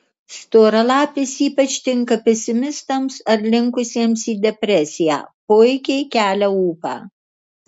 storalapis ypač tinka pesimistams ar linkusiems į depresiją puikiai kelia ūpą